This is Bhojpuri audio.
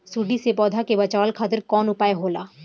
सुंडी से पौधा के बचावल खातिर कौन उपाय होला?